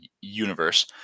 universe